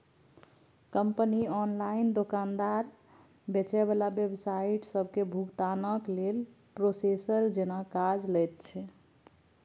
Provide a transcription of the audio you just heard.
company online दोकानदार, बेचे बला वेबसाइट सबके भुगतानक लेल प्रोसेसर जेना काज लैत छै